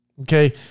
okay